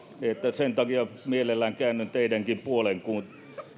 sen takia mielelläni käännyn teidänkin puoleenne kun